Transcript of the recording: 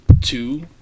Two